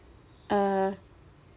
uh